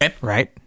right